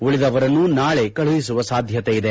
ಉಳಿದವರನ್ನು ನಾಳೆ ಕಳುಹಿಸುವ ಸಾಧ್ಯತೆ ಇದೆ